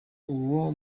uwo